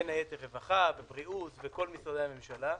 בין היתר, רווחה ובריאות וכל משרדי הממשלה.